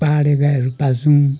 पाहाडे गाईहरू पाल्छौँ